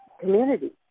community